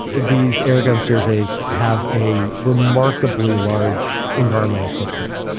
these airgun surveys have a remarkably large environmental footprint.